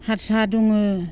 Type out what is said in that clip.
हारसा दङ